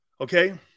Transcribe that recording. Okay